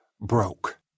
broke